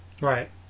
Right